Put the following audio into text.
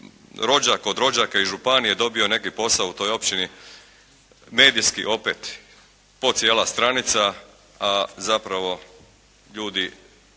rođak od rođaka i župan je dobio neki posao u toj općini. Medijski opet po cijela stranica, a zapravo ljudi